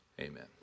Amen